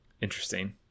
interesting